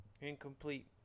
Incomplete